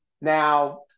Now